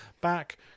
back